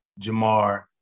Jamar